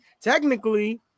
Technically –